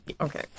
okay